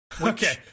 okay